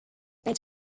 bid